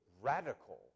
radical